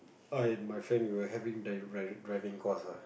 I and my friend we were having driving course ah